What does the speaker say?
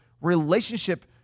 relationship